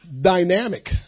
dynamic